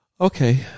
Okay